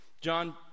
John